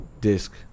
disc